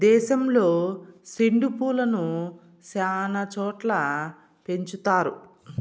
దేశంలో సెండు పూలను శ్యానా చోట్ల పెంచుతారు